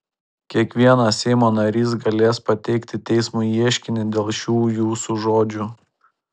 kiekvienas seimo narys galės pateikti teismui ieškinį dėl šių jūsų žodžių